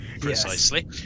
Precisely